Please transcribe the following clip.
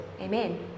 amen